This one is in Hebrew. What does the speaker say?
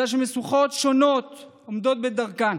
אלא שמשוכות שונות עומדות בדרכן.